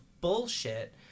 bullshit